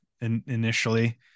initially